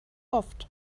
oft